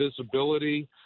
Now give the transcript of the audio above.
visibility